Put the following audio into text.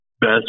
best